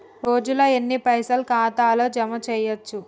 ఒక రోజుల ఎన్ని పైసల్ ఖాతా ల జమ చేయచ్చు?